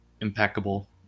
impeccable